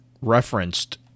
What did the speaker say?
referenced